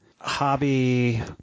hobby